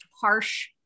harsh